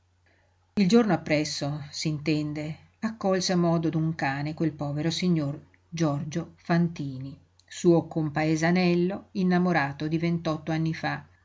il giorno appresso s'intende accolse a modo d'un cane quel povero signor giorgio fantini suo compaesanello innamorato di vent'otto anni fa